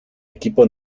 equipo